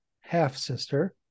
half-sister